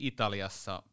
Italiassa